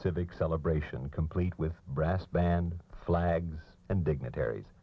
civic celebration complete with brass band flags and dignitaries